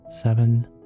seven